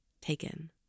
taken